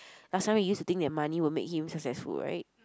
last time he use to think that money will make him successful right